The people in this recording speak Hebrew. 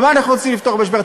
במה אנחנו רוצים לפתור את המשבר?